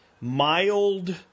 mild